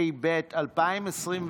התשפ"ב 2021,